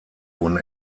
wurden